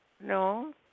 No